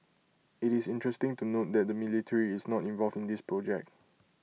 IT is interesting to note that the military is not involved in this project